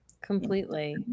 Completely